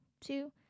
two